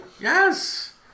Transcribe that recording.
Yes